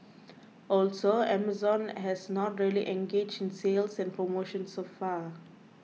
also Amazon has not really engaged in sales and promotions so far